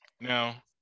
Now